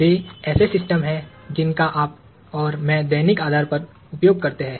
वे ऐसे सिस्टम हैं जिनका उपयोग आप और मैं दैनिक आधार पर करते हैं